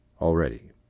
already